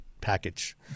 package